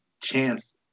chance